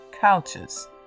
couches